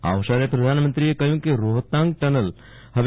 આ અવસરે પ્રધાનમંત્રીએ કહ્યું કે રોહ્તણ ટનલ સ્વ